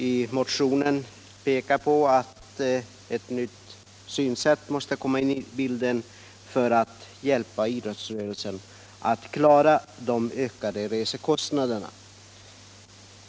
I motionen har vi sagt att det är nödvändigt med ett nytt synsätt, så att idrottsrörelsen får hjälp att klara de ökade resekostnaderna.